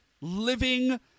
living